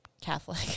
Catholic